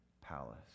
palace